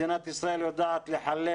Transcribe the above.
מדינת ישראל יודעת לחלק